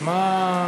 אז מה?